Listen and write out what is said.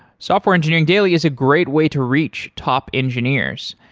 software engineering daily is a great way to reach top engineers.